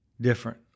different